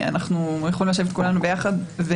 אנחנו יכולים לשבת כולנו ביחד.